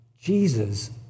Jesus